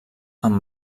amb